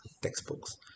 textbooks